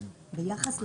ביחס לחלופה.